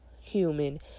human